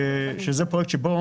זה פרויקט שבו